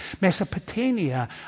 Mesopotamia